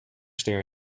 ster